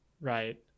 Right